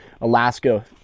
Alaska